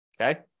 Okay